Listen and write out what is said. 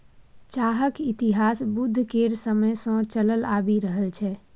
चाहक इतिहास बुद्ध केर समय सँ चलल आबि रहल छै